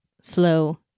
slow